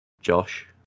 Josh